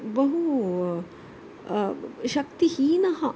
बहु शक्तिहीनः